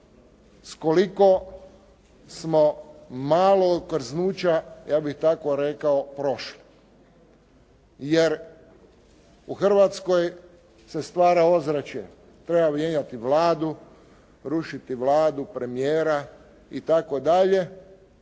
koliko smo malo okrznuća, ja bih tako rekao prošli jer u Hrvatskoj se stvara ozračje, treba mijenjati Vladu, rušiti Vladu, premijera i